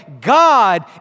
God